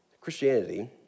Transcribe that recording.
Christianity